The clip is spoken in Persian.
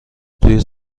توی